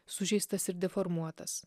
sužeistas ir deformuotas